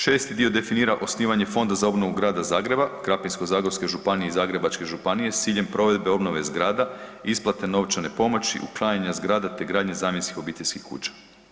6. dio definira osnivanje Fonda za obnovu Grada Zagreba, Krapinsko-zagorske županije i Zagrebačke županije s ciljem provedbe obnove zgrada, isplate novčane pomoći, uklanjanje zgrada te gradnje zamjenskih obiteljskih kuća.